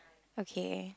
okay